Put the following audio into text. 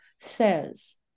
says